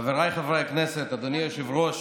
חבריי חברי הכנסת, אדוני היושב-ראש,